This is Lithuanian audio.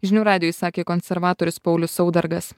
žinių radijui sakė konservatorius paulius saudargas